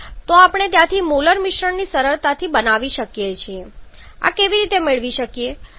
તો આપણે ત્યાંથી મોલર મિશ્રણ સરળતાથી બનાવી શકીએ છીએ આ કેવી રીતે મેળવી શકીએ